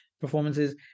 performances